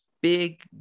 big